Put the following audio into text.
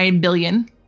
billion